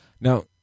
Now